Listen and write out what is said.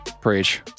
Preach